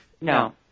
No